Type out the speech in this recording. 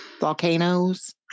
Volcanoes